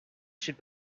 should